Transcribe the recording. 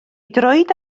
droed